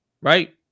right